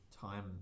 time